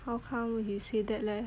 how come he say that leh